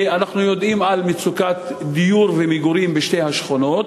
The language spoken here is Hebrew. ואנחנו יודעים על מצוקת דיור ומגורים בשתי השכונות.